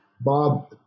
Bob